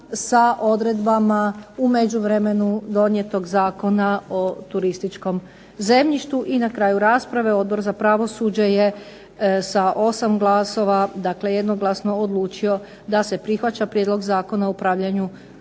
sa odredbama u međuvremenu donijetog Zakona o turističkom zemljištu. I na kraju rasprave, Odbor za pravosuđe je sa 8 glasova, dakle jednoglasno odlučio da se prihvaća Prijedlog zakona o upravljanju